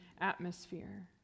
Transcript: atmosphere